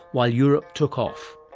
while europe took off?